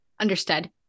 Understood